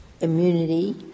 immunity